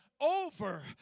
over